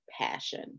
passion